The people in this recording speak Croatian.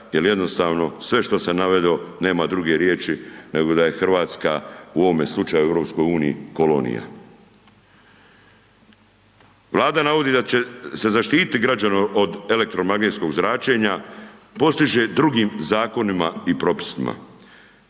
jer jednostavno sve što sam naveo nema druge riječi nego da je Hrvatska u ovome slučaju u EU kolonija. Vlada navodi da će se zaštiti građani od elektromagnetskog zračenja, postiže drugim zakonima i propisima.